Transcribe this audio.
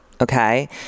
Okay